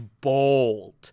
bold